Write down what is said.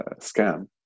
scam